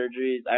surgeries –